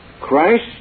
Christ